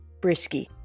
Brisky